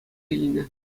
илнӗ